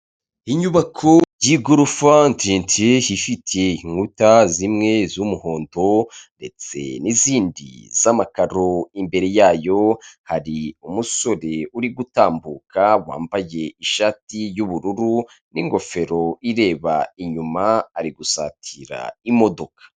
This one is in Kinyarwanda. Inyubako y'igorofa ndende ifite inkuta zimwe z'umuhondo ndetse n'izindi z'amakaro. Imbere yayo hari umusore uri gutambuka wambaye ishati y'ubururu n'ingofero ireba inyuma, ari gusatira imodoka.